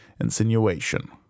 insinuation